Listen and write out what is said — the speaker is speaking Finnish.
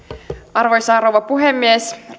arvoisa rouva puhemies